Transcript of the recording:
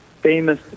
famous